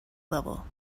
level